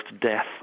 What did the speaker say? death